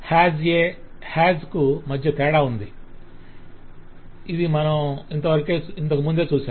'HAS A' 'HAS' కు మధ్య తేడా ఉందని ఇది మనం ఇంతకుముందే చూశాం